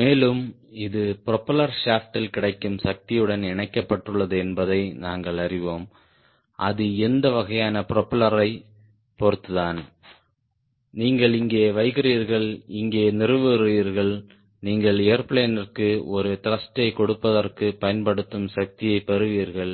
மேலும் இது ப்ரொபல்லர் ஷாப்ட்டில் கிடைக்கும் சக்தியுடன் இணைக்கப்பட்டுள்ளது என்பதை நாங்கள் அறிவோம் அது எந்த வகையான ப்ரொபெல்லரை பொறுத்து தான் நீங்கள் இங்கே வைக்கிறீர்கள் இங்கே நிறுவுகிறீர்கள் நீங்கள் ஏர்பிளேனிற்கு ஒரு த்ருஷ்ட்டைப் கொடுப்பதற்குப் பயன்படுத்தப்படும் சக்தியைப் பெறுவீர்கள்